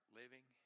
living